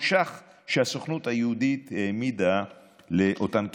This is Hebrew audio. ש"ח שהסוכנות היהודית העמידה לאותן קהילות.